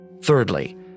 Thirdly